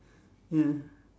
ya